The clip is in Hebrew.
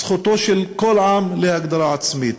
זכותו של כל עם להגדרה עצמית.